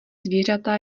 zvířata